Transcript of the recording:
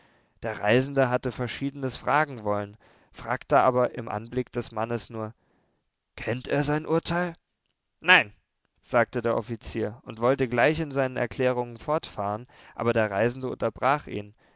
der reisende hatte verschiedenes fragen wollen fragte aber im anblick des mannes nur kennt er sein urteil nein sagte der offizier und wollte gleich in seinen erklärungen fortfahren aber der reisende unterbrach ihn